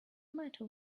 matter